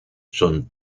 son